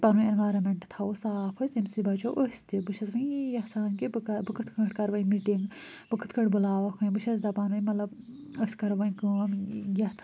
پَنُن اینوارمٮ۪نٛٹ تھاوَو صاف أسۍ تَمہِ سۭتۍ بَچو أسۍ تہِ بہٕ چھَس وۄنۍ یی یَژھان کہِ بہٕ کہ بہٕ کِتھ کٔنۍ کَرٕ وۄنۍ مِٹِنِٛگ بہٕ کِتھ کٔنۍ بُلاوَکھ وۄنۍ بہٕ چھَس دَپان وۄنۍ مطلب أسۍ کَرو وۄنۍ کٲم یَتھ